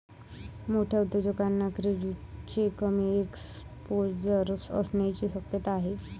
मोठ्या उद्योगांना क्रेडिटचे कमी एक्सपोजर असण्याची शक्यता आहे